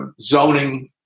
zoning